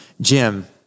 Jim